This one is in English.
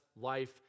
life